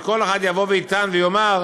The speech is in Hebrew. וכל אחד יבוא ויטען ויאמר: